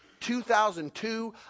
2002